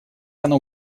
оно